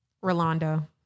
Rolando